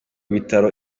bitaro